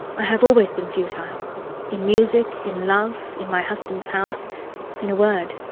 i have always been futile in music, in love, in my husband's house in a word,